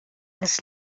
des